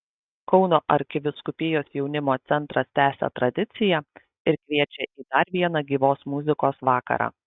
kauno arkivyskupijos jaunimo centras tęsia tradiciją ir kviečią į dar vieną gyvos muzikos vakarą